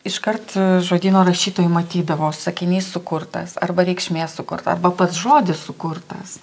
iškart žodyno rašytojai matydavo sakinys sukurtas arba reikšmė sukurta arba pats žodis sukurtas